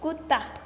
कुत्ता